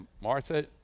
Martha